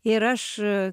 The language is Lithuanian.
ir aš